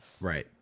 Right